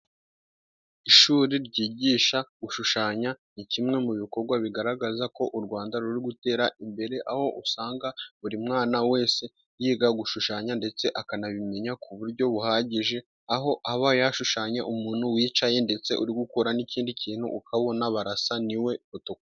Ishuri ryigisha gushushanya ni kimwe mu bikorwa bigaragaza ko u Rwanda ruri gutera imbere, aho usanga buri mwana wese yiga gushushanya ndetse akanabimenya ku buryo buhagije, aho aba hashushanya umuntu wicaye ndetse uri gukurura n'ikindi kintu ukabona barasa niwe foto kopi.